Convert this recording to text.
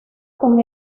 con